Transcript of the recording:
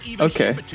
Okay